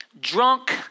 Drunk